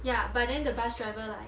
ya but then the bus driver lah